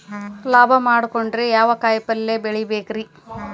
ಲಾಭ ಮಾಡಕೊಂಡ್ರ ಯಾವ ಕಾಯಿಪಲ್ಯ ಬೆಳಿಬೇಕ್ರೇ?